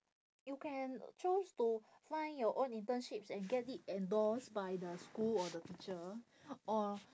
you can chose to find your own internships and get it endorsed by the school or the teacher or